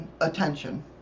attention